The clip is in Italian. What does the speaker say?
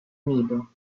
nido